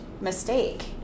mistake